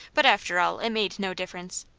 but after all it made no difference.